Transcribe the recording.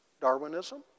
Darwinism